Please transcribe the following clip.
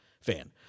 fan